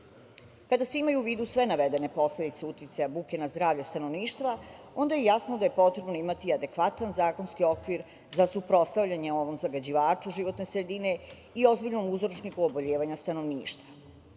se imaju u vidu sve navedene posledice uticaja buke na zdravlje stanovništva, onda je jasno da je potrebno imati i adekvatan zakonski okvir za suprotstavljanje ovom zagađivaču životne sredine i ozbiljnom uzročniku oboljevanja stanovništva. Ovim